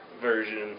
version